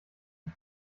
ich